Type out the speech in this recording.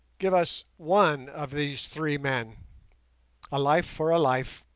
give us one of these three men a life for a life